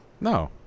No